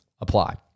apply